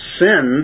sin